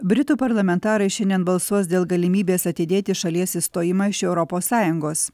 britų parlamentarai šiandien balsuos dėl galimybės atidėti šalies išstojimą iš europos sąjungos